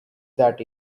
that